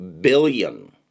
billion